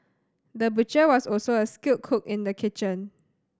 the butcher was also a skilled cook in the kitchen